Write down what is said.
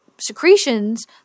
secretions